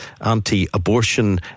anti-abortion